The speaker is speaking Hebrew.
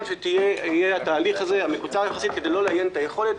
שיהיה תהליך מקוצר יחסית כדי לא לאיין את היכולת.